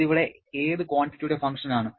അത് ഇവിടെ ഏത് ക്വാണ്ടിറ്റിയുടെ ഫങ്ക്ഷന് ആണ്